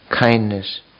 kindness